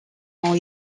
ont